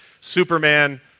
Superman